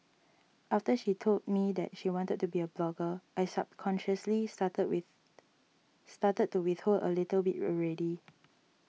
after she told me that she wanted to be a blogger I subconsciously started with started to withhold a little bit already